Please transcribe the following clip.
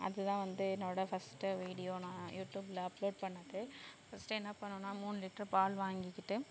அதுதான் வந்து என்னோடய ஃபஸ்ட்டு வீடியோ நான் யூடியூபில் அப்லோட் பண்ணது ஃபஸ்ட்டு என்ன பண்ணோம்ன்னா மூணு லிட்ரு பால் வாங்கிக்கிட்டு